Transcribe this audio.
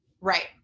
Right